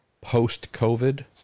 post-COVID